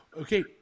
okay